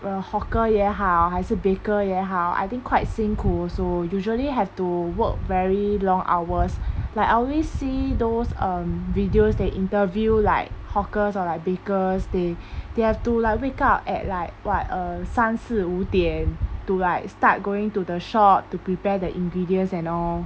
a hawker 也好还是 baker 也好 I think quite 辛苦 so usually have to work very long hours like I always see those um videos they interview like hawkers or like bakers they they have to like wake up at like what err 三四五点 to like start going to the shop to prepare the ingredients and all